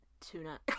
Tuna